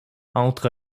entre